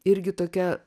irgi tokia